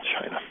China